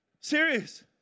Serious